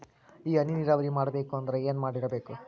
ಈ ಹನಿ ನೀರಾವರಿ ಮಾಡಬೇಕು ಅಂದ್ರ ಏನ್ ಮಾಡಿರಬೇಕು?